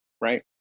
Right